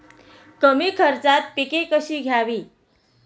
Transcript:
कमी खर्चात पिके कशी घ्यावी?